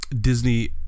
Disney